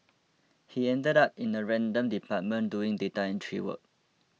he ended up in a random department doing data entry work